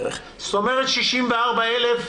זאת אומרת ש-64,000